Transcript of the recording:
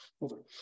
over